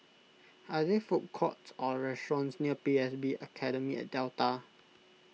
are there food courts or restaurants near P S B Academy at Delta